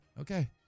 Okay